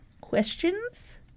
questions